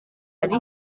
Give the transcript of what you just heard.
ari